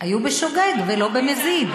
היו בשוגג ולא במזיד.